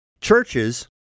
churches